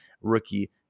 rookie